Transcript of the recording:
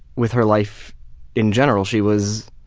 with her life in general. she was